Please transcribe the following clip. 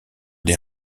des